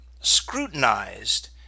scrutinized